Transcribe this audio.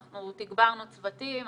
אנחנו תגברנו צוותים,